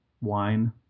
wine